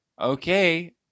Okay